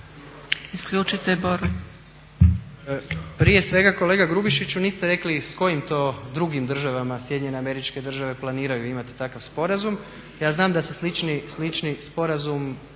Hvala lijepo. Prije svega kolega Grubišiću niste rekli s kojim to drugim državama SAD planiraju imati takav sporazum. Ja znam da se slični sporazum